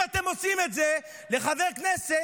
אם אתם עושים את זה לחבר כנסת,